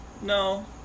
No